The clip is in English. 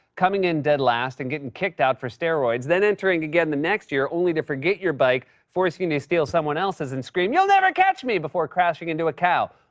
coming in dead last, and getting kicked out for steroids, then entering again the next year, only to forget your bike, forcing you to steal someone else's, and scream, you'll never catch me, before crashing into a cow.